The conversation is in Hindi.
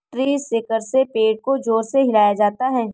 ट्री शेकर से पेड़ को जोर से हिलाया जाता है